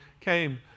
came